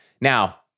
Now